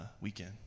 weekend